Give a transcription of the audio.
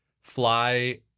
fly